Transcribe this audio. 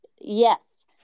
Yes